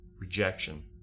rejection